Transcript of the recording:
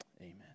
amen